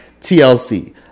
TLC